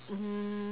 mm